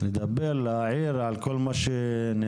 לדבר, להעיר על כל מה שנאמר?